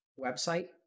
website